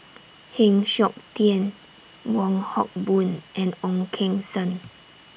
Heng Siok Tian Wong Hock Boon and Ong Keng Sen